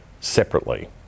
separately